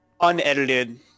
unedited